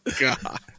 God